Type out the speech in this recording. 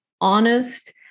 honest